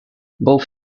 both